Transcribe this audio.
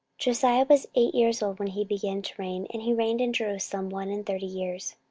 josiah was eight years old when he began to reign, and he reigned in jerusalem one and thirty years.